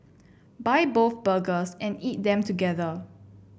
buy both burgers and eat them together